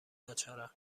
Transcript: ناچارا